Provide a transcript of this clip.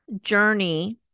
journey